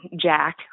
Jack